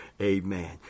Amen